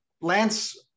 Lance